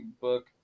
book